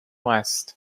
west